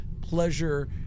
pleasure